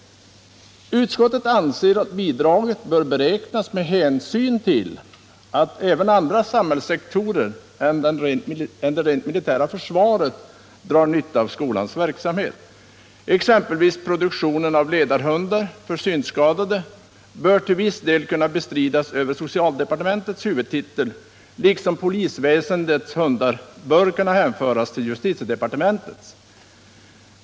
Utskottet anser att bidraget bör beräknas med hänsyn till att andra samhällssektorer än det militära försvaret drar nytta av skolans verksamhet. Exempelvis produktionen av ledarhundar för synskadade bör till viss del kunna bestridas över socialdepartementets huvudtitel, liksom polisväsendets hundar bör hänföras till justitiedepartementet.